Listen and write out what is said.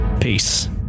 Peace